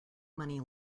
money